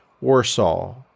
Warsaw